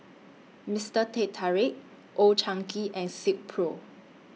Mister Teh Tarik Old Chang Kee and Silkpro